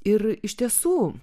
ir iš tiesų